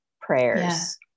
prayers